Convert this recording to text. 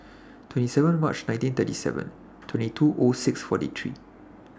twenty seven March nineteen thirty seven twenty two O six forty three